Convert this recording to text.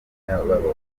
nyabarongo